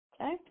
Okay